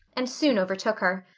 and soon overtook her.